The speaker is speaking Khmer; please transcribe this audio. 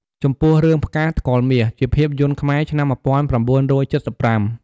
ចំពោះ រឿងផ្កាថ្កុលមាស ជាភាពយន្តខ្មែរឆ្នាំ១៩៧៥។